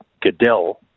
Goodell